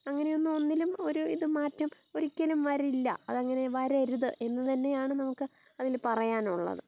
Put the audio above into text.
അങ്ങനെയൊന്നും ഒന്നിലും ഒരിത് മാറ്റം ഒരിക്കലും വരില്ല അതങ്ങനെ വരരുത് എന്ന് തന്നെയാണ് നമുക്ക് അതിൽ പറയാനുള്ളത്